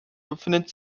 befindet